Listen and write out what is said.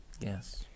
Yes